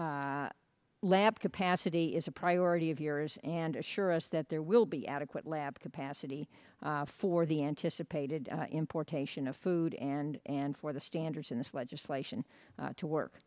lab capacity is a priority of yours and assure us that there will be adequate lab capacity for the anticipated importation of food and and for the standards in this legislation to work